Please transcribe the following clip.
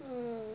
mm